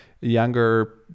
younger